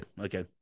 okay